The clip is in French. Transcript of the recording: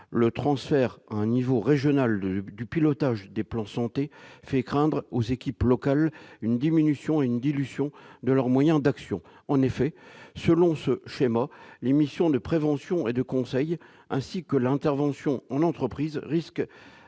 le transfert à un échelon régional du pilotage des plans Santé fait craindre aux équipes locales une diminution et une dilution de leurs moyens d'action. En effet, selon ce schéma, les missions de prévention et de conseil, ainsi que l'intervention en entreprise, risquent,